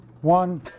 one